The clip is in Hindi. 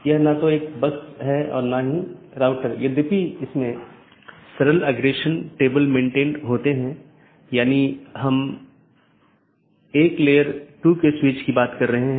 क्योंकि प्राप्त करने वाला स्पीकर मान लेता है कि पूर्ण जाली IBGP सत्र स्थापित हो चुका है यह अन्य BGP साथियों के लिए अपडेट का प्रचार नहीं करता है